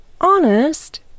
Honest